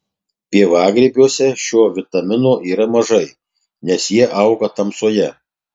pievagrybiuose šio vitamino yra mažai nes jie auga tamsoje